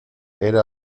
era